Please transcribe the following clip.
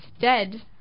dead